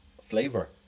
flavor